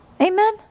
Amen